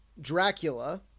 Dracula